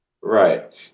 Right